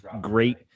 great